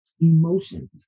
emotions